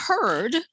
heard